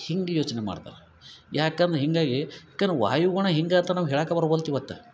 ಹಿಂಗೆ ಯೋಚನೆ ಮಾಡ್ತಾರೆ ಯಾಕಂದ್ರೆ ಹೀಗಾಗಿ ಯಾಕಂದ್ರೆ ವಾಯುಗುಣ ಹಿಂಗೆ ಅಂತ ನಾವು ಹೇಳಕ್ಕ ಬರುವಲ್ದು ಇವತ್ತು